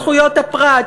זכויות הפרט,